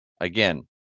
again